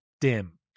dim